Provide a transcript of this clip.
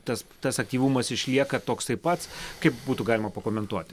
tas tas aktyvumas išlieka toksai pats kaip būtų galima pakomentuoti